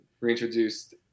reintroduced